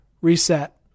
reset